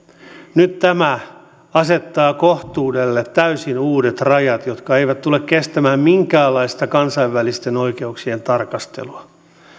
nyt tämä asettaa kohtuudelle täysin uudet rajat jotka eivät tule kestämään minkäänlaista kansainvälisten oikeuksien tarkastelua